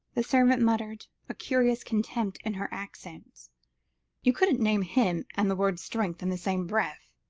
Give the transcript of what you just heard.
the servant muttered, a curious contempt in her accents you couldn't name him and the word strength in the same breath.